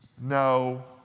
No